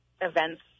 events